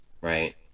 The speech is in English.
right